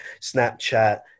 snapchat